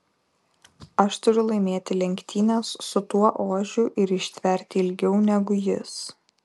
aš turiu laimėti lenktynes su tuo ožiu ir ištverti ilgiau negu jis